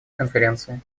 конференции